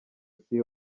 isi